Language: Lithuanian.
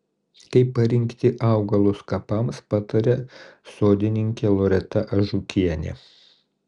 kaip parinkti augalus kapams pataria sodininkė loreta ažukienė